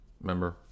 Remember